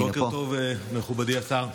בוקר טוב, מכובדי השר.